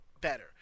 better